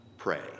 Pray